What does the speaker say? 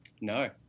No